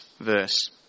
verse